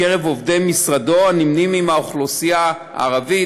מקרב עובדי משרדו הנמנים עם האוכלוסייה הערבית,